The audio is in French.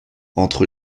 entre